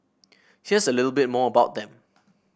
here's a little bit more about them